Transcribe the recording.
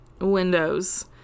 windows